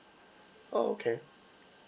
oh okay